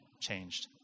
changed